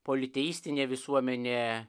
politeistinė visuomenė